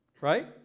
right